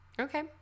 Okay